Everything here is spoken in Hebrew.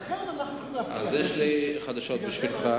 לכן, אנחנו יכולים להפקיע, יש לי חדשות בשבילך.